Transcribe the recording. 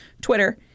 Twitter